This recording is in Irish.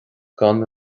gan